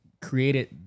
created